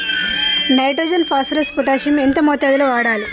Nitrogen phosphorus potassium ఎంత మోతాదు లో వాడాలి?